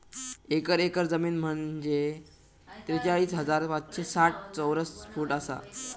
एक एकर जमीन म्हंजे त्रेचाळीस हजार पाचशे साठ चौरस फूट आसा